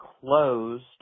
closed